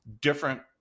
different